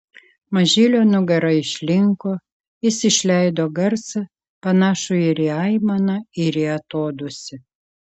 mažylio nugara išlinko jis išleido garsą panašų ir į aimaną ir į atodūsį